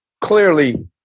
clearly